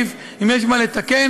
לא שתקתי.